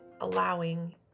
allowing